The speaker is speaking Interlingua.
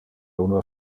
uno